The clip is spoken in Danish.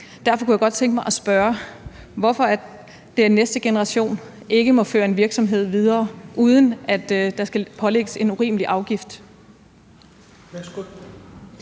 Derfor kunne jeg godt tænke mig at spørge, hvorfor den næste generation ikke må føre en virksomhed videre, uden der skal pålægges en urimelig afgift.